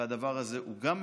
וגם הדבר הזה משפיע.